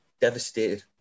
devastated